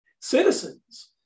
Citizens